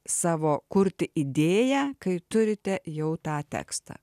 savo kurti idėją kai turite jau tą tekstą